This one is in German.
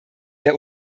der